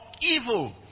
evil